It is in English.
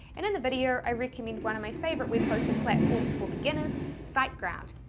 and in the video i recommend one of my favorite web hosting platforms for beginners, site ground.